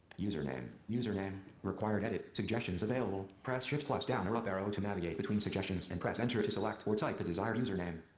user name. user name required edit. suggestions available. press shift down or up arrow to navigate between suggestions and press enter to select or type the desired username.